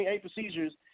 procedures